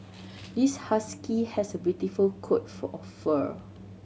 this husky has a beautiful coat for of fur